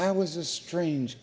i was a strange